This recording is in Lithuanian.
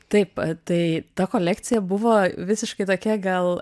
taip tai ta kolekcija buvo visiškai tokia gal